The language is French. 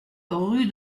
rue